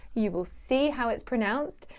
you will see how it's pronounced,